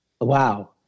Wow